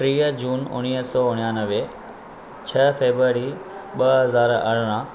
टीह जून उणिवीह सौ उणानवे छह फेबररी ॿ हज़ार अरिड़हं